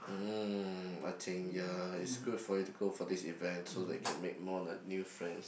mm I think ya is good for you to go for this event so that can make more like new friends